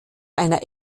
einer